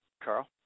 Carl